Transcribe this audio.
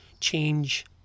change